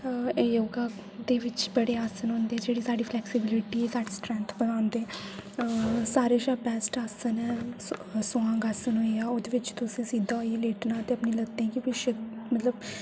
योगा दे बिच बडे़ आसन होंदे जेह्ड़े साढ़े फ्लैक्सिबिलिटी ऐ साढ़ी स्ट्रैन्थ गी बधांदे सारे कशा बेस्ट आसन ऐ सोआंग आसन ओह्दे बिच तुसें सिद्धा होइयै लेटना ते अपनी लत्तें गी पिच्छें मतलब